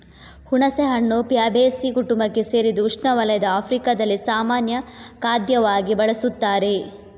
ಹುಣಸೆಹಣ್ಣು ಫ್ಯಾಬೇಸೀ ಕುಟುಂಬಕ್ಕೆ ಸೇರಿದ್ದು ಉಷ್ಣವಲಯದ ಆಫ್ರಿಕಾದಲ್ಲಿ ಸಾಮಾನ್ಯ ಖಾದ್ಯವಾಗಿ ಬಳಸುತ್ತಾರೆ